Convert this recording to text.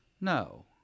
No